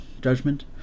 judgment